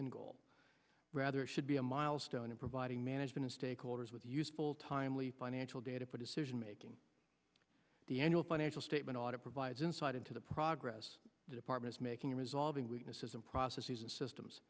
end goal rather should be a milestone in providing management stakeholders with useful timely financial data decision making the annual financial statement audit provides insight into the progress department's making resolving weaknesses and processes and systems